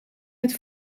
met